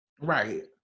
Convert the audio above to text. Right